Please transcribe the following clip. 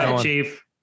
chief